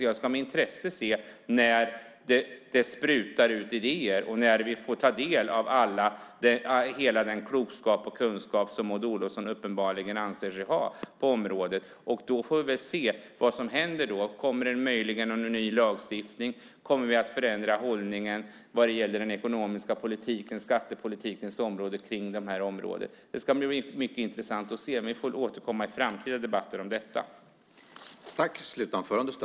Jag ska med intresse se när det sprutar ut idéer och när vi får ta del av hela den klokskap och kunskap som Maud Olofsson uppenbarligen anser sig ha på området. Då får vi väl se vad som händer. Kommer det möjligen någon ny lagstiftning? Kommer vi att förändra hållningen vad gäller den ekonomiska politiken eller skattepolitiken på det här området? Det ska bli mycket intressant att se. Vi får väl återkomma i framtida debatter om detta.